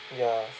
ya